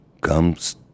comes